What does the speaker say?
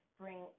bring